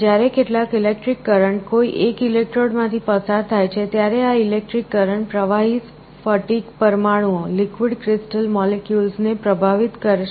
જ્યારે કેટલાક electric current કોઈ એક ઇલેક્ટ્રોડમાંથી પસાર થાય છે ત્યારે આ ઇલેક્ટ્રિક કરંટ પ્રવાહી સ્ફટિક પરમાણુઓ ને પ્રભાવિત કરશે